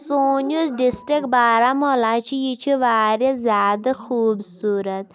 سون یُس ڈِسٹِک بارہمولہ چھِ یہِ چھِ واریاہ زیادٕ خوٗبصوٗرت